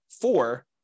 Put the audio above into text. four